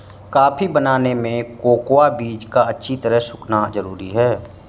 coffee बनाने में cocoa बीज का अच्छी तरह सुखना जरूरी है